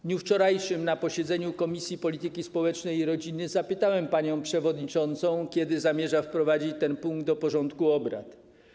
W dniu wczorajszym na posiedzeniu Komisji Polityki Społecznej i Rodziny zapytałem panią przewodniczącą, kiedy zamierza wprowadzić ten punkt do porządku obrad.